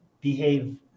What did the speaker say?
behave